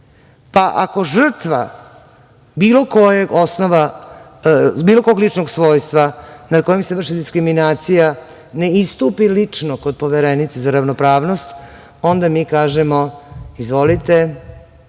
Pa, ako žrtva bilo kojeg ličnog svojstva nad kojom se vrši diskriminacija ne istupi lično kod Poverenice za ravnopravnost, onda mi kažemo – izvolite,